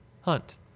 Hunt